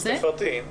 תפרטי.